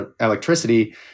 electricity